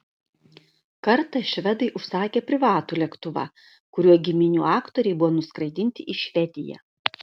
kartą švedai užsakė privatų lėktuvą kuriuo giminių aktoriai buvo nuskraidinti į švediją